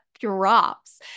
drops